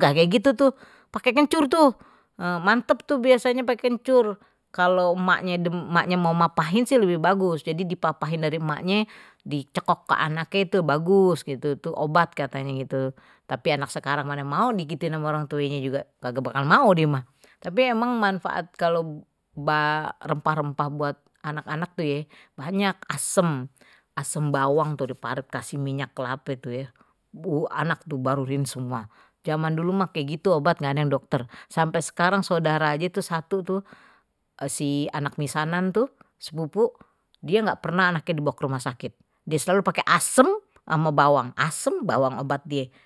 kayak gitu tuh pakai kencur tuh mantap tuh biasanya pakai kencur kalau emaknye, emaknya mau ngapain sih lebih bagus jadi dipampahin dari emaknya di cekok ke anaknya itu bagus gitu tuh obat katanya gitu tapi anak sekarang mane mau digituin sama orang tuanya juga kagak bakal mau dia mah tapi emang manfaat kalau rempah-rempah buat anak-anak tuh ya banyak asem asem bawang tuh diparut kasih minyak kelapa itu ya anak tuh baru ini semua zaman dulu mah kayak gitu obat enggak ada yang dokter sampai sekarang saudara aja itu satu tuh si anak misanan tuh, di sana tuh bobo dia enggak pernah anaknya dibawa ke rumah sakit dan selalu pakai asem sama bawang asem bawang obat dia